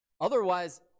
otherwise